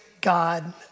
God